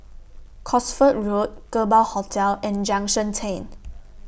Cosford Road Kerbau Hotel and Junction ten